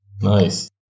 nice